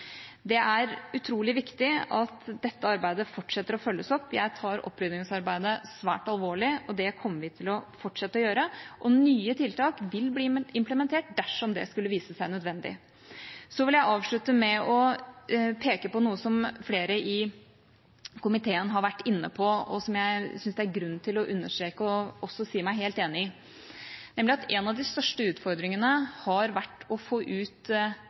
Det er utrolig viktig at dette arbeidet fortsatt følges opp. Jeg tar oppryddingsarbeidet svært alvorlig, og det kommer vi til å fortsette å gjøre, og nye tiltak vil bli implementert dersom det skulle vise seg nødvendig. Så vil jeg avslutte med å peke på noe som flere i komiteen har vært inne på, og som jeg syns det er grunn til å understreke og også si meg helt enig i, nemlig at en av de største utfordringene har vært å få ut